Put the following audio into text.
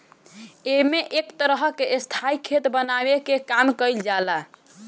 एमे एक तरह के स्थाई खेत बनावे के काम कईल जाला